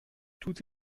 tout